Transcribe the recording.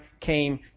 came